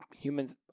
humans